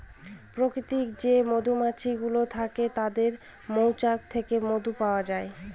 প্রাকৃতিক যে মধুমাছি গুলো থাকে তাদের মৌচাক থেকে মধু পাওয়া যায়